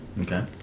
Okay